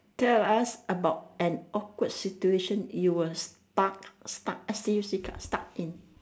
tell us about an awkward situation you were stuck to stuck S T U C K stuck in